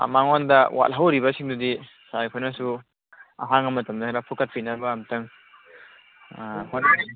ꯃꯉꯣꯟꯗ ꯋꯥꯠꯍꯧꯔꯤꯕꯁꯤꯡꯗꯨꯗꯤ ꯁꯥꯔ ꯈꯣꯏꯅꯁꯨ ꯑꯍꯥꯡꯕ ꯃꯇꯝꯗ ꯈꯔ ꯐꯨꯀꯠꯄꯤꯅꯕ ꯑꯝꯇꯪ ꯑꯥ